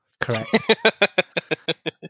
correct